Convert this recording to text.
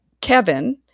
Kevin